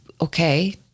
okay